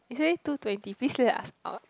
it's already two twenty please let us out